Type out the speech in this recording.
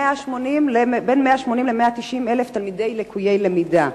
בין 180,000 ל-190,000 תלמידים לקויי למידה".